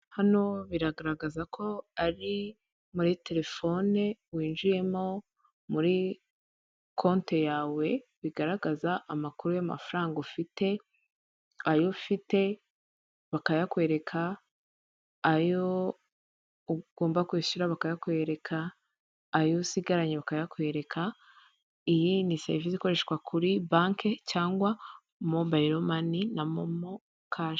Hano biragaragaza ko ari muri telefone winjiyemo, muri konte yawe bigaragaza amakuru y'amafaranga ufite, ayo ufite bakayakwereka, ayo ugomba kwishyura bakayakwereka, ayo usigaranye bakayakwereka, iyi ni serivisi ikoreshwa kuri banki cyangwa mobayiro mani na momo kashi.